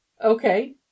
Okay